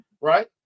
right